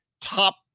top